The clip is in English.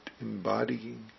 embodying